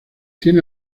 tiene